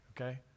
okay